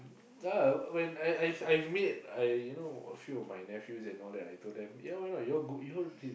ya I I I meet some of my nephews and all and I told them that ya why not you all go you all